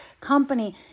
company